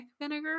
vinegar